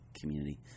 community